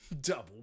Double